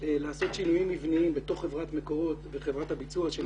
לעשות שינויים מבניים בתוך חברת מקורות וחברת הביצוע.